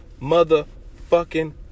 motherfucking